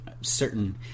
certain